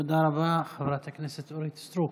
תודה רבה, חברת הכנסת אורית סטרוק.